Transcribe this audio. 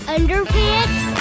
Underpants